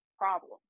problem